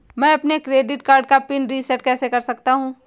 मैं अपने credit card का पिन रिसेट कैसे कर सकता हूँ?